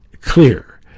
clear